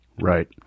right